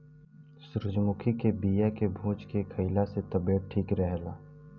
सूरजमुखी के बिया के भूंज के खाइला से तबियत ठीक रहेला